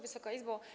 Wysoka Izbo!